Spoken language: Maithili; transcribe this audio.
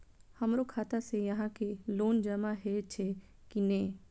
हमरो खाता से यहां के लोन जमा हे छे की ने?